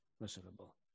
miserable